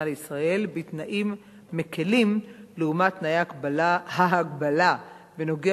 לישראל בתנאים מקלים לעומת תנאי ההגבלה בנוגע